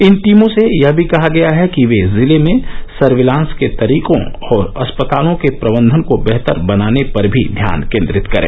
इन टीमों से यह भी कहा गया है कि वे जिले में सर्विलांस के तरीकों और अस्पतालों के प्रदंधन को बेहतर बनाने पर भी ध्यान केंद्रित करें